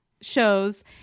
shows